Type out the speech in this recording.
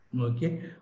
Okay